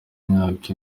imyaka